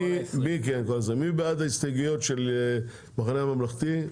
מי בעד ההסתייגויות של המחנה הממלכתי?